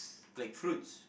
like fruits